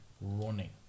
running